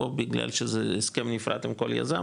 פה בגלל שזה הסכם נפרד עם כל יזם,